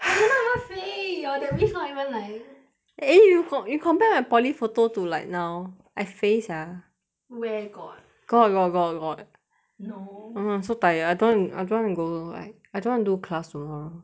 but you not even 肥 your that wish not even like eh you con~ you compare my poly photo to like now I 肥 sia you where got got got got no so tired I don't want I don't want go do like I don't want do class tomorrow